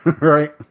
right